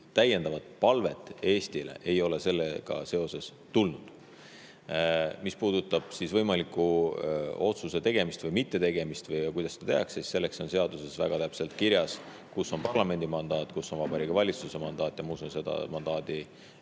täiendavat palvet Eestile ei ole sellega seoses tulnud. Mis puudutab võimaliku otsuse tegemist, mittetegemist või seda, kuidas seda tehakse, siis on seaduses väga täpselt kirjas, kus on parlamendi mandaat, kus on Vabariigi Valitsuse mandaat. Ma usun, et seda mandaadi